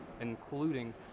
including